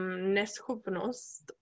neschopnost